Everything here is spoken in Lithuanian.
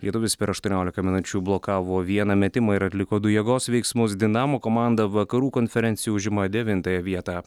lietuvis per aštuoniolika minučių blokavo vieną metimą ir atliko du jėgos veiksmus dinamo komanda vakarų konferencijoj užima devintąją vietą